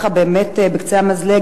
באמת בקצה המזלג,